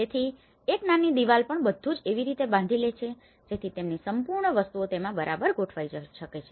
તેથી એક નાની દિવાલ પણ બધું જ એવી રીતે બાંધી લે છે જેથી તેમની સંપૂર્ણ વસ્તુઓ તેમાં બરાબર ગોઠવાઈ શકે છે